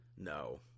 No